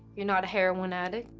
you're not a heroin addict.